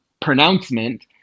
pronouncement